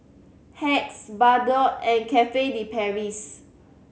Hacks Bardot and Cafe De Paris